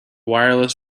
wireless